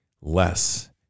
less